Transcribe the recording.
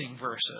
verses